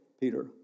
Peter